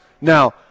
Now